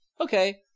okay